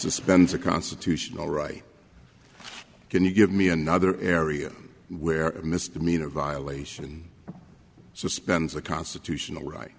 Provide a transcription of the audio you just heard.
a spends a constitutional right can you give me another area where a misdemeanor violation suspends a constitutional right